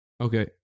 Okay